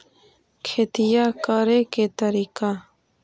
खेतिया करेके के तारिका?